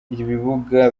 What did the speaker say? ibibuga